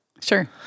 Sure